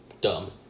dumb